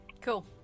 Cool